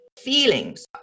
Feelings